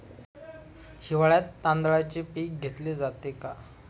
हिवाळ्यात तांदळाचे पीक घेतले जाते का?